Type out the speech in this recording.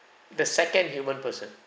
the second human person